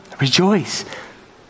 Rejoice